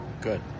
Good